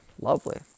lovely